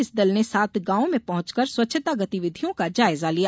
इस दल ने सात गांवों में पहुंचकर स्वच्छता गतिविधियों का जायजा लिया